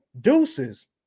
deuces